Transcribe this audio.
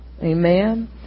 Amen